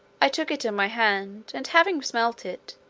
i took it in my hand, and, having smelt it,